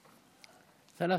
חוקי-יסוד,